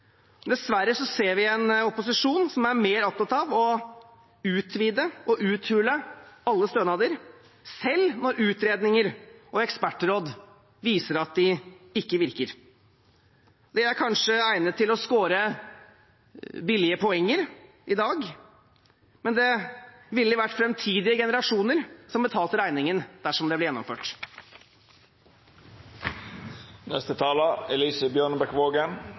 Dessverre ser vi en opposisjon som er mer opptatt av å utvide og uthule alle stønader selv når utredninger og ekspertråd viser at de ikke virker. Det er kanskje egnet til å score billige poeng i dag, men det ville vært framtidige generasjoner som måtte betalt regningen dersom det ble